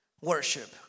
worship